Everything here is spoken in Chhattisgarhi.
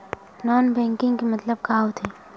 नॉन बैंकिंग के मतलब का होथे?